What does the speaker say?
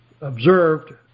observed